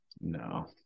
No